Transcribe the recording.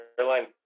Airline